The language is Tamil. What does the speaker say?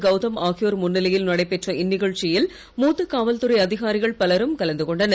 கவுதம் ஆகியோர் முன்னிலையில் நடைபெற்ற இந்நிகழ்ச்சியில் மூத்த காவல்துறை அதிகாரிகள் பலரும் கலந்துகொண்டனர்